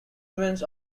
remains